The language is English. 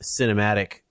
cinematic